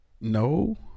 No